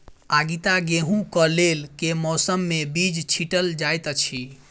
आगिता गेंहूँ कऽ लेल केँ मौसम मे बीज छिटल जाइत अछि?